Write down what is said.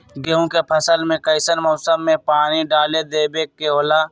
गेहूं के फसल में कइसन मौसम में पानी डालें देबे के होला?